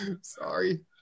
Sorry